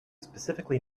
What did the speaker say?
specifically